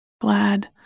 glad